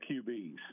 QBs